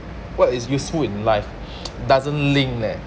what is useful in life doesn't link leh